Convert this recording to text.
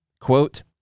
Quote